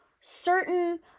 Certain